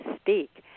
Speak